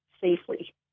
safely